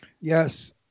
Yes